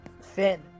Finn